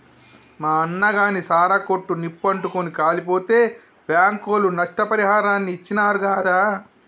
మా అన్నగాని సారా కొట్టు నిప్పు అంటుకుని కాలిపోతే బాంకోళ్లు నష్టపరిహారాన్ని ఇచ్చినారు గాదా